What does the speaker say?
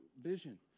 vision